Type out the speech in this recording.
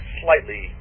slightly